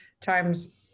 times